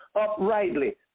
uprightly